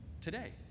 today